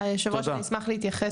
היו"ר, אני אשמח להתייחס.